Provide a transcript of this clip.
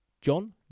John